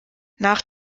nach